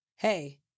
Hey